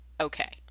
Okay